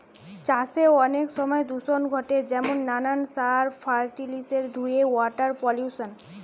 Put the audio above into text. চাষে অনেক সময় দূষণ ঘটে যেমন নানান সার, ফার্টিলিসের ধুয়ে ওয়াটার পলিউশন